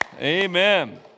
Amen